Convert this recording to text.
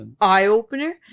eye-opener